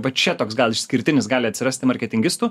bet čia toks gal išskirtinis gali atsirasti marketingistų